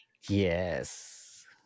Yes